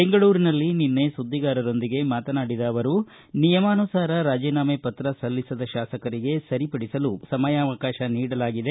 ಬೆಂಗಳೂರಿನಲ್ಲಿ ನಿನ್ನೆ ಸುದ್ದಿಗಾರರೊಂದಿಗೆ ಮಾತನಾಡಿದ ಅವರು ನಿಯಮಾನುಸಾರ ರಾಜೀನಾಮೆ ಪತ್ರ ಸಲ್ಲಿಸದ ಶಾಸಕರಿಗೆ ಸರಿಪಡಿಸಿ ಸಲ್ಲಿಸಲು ಸಮಯಾವಕಾಶ ನೀಡಲಾಗಿದೆ